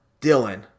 Dylan